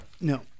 no